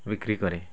ବିକ୍ରି କରେ